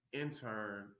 intern